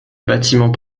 bâtiment